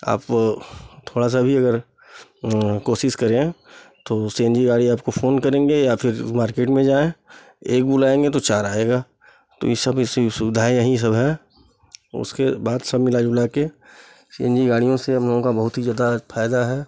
आप थोड़ा सा भी अगर कोशिश करें तो सी एन जी गाड़ी आपको फ़ोन करेंगे या फिर मार्केट में जाएँ एक बुलाएँगे तो चार आएगा तो ये सब इसी सुविधाएँ यही सब हैं उसके बाद सब मिला जुलाके सी एन जी गाड़ियों से हम लोगों का बहुत ही ज़्यादा फ़ायदा है